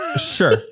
Sure